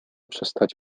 przestać